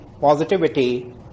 positivity